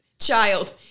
child